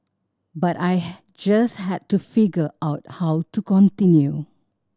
but I just had to figure out how to continue